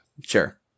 Sure